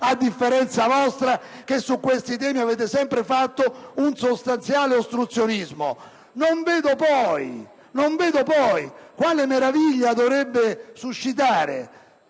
a differenza vostra, che su questi temi avete fatto sempre un sostanziale ostruzionismo. Non vedo poi quale meraviglia dovrebbe suscitare